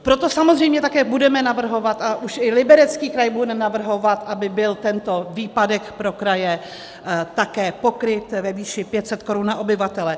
Proto samozřejmě také budeme navrhovat, a už i Liberecký kraj bude navrhovat, aby byl tento výpadek pro kraje také pokryt ve výši 500 korun na obyvatele.